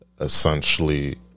essentially